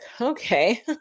okay